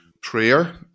prayer